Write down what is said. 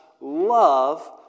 love